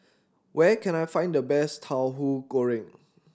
where can I find the best Tauhu Goreng